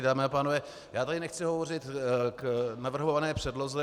Dámy a pánové, já tady nechci hovořit k navrhované předloze.